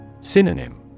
Synonym